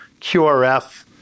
QRF